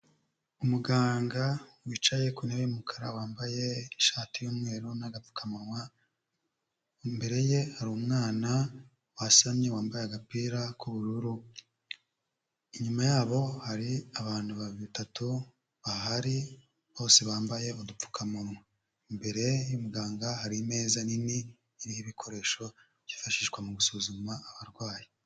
Umuganga wicaye ku ntebe y'umukara, wambaye ishati y'umweru n'agapfukamunwa, imbere ye hari umwana wasamye wambaye agapira k'ubururu, inyuma yabo hari abantu batatu bahari bose bambaye udupfukamunwa, imbere y'umuganga hari imeza nini iriho ibikoresho byifashishwa mu gusuzuma abarwayi.